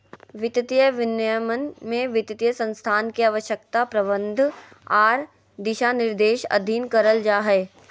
वित्तीय विनियमन में वित्तीय संस्थान के आवश्यकता, प्रतिबंध आर दिशानिर्देश अधीन करल जा हय